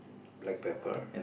black pepper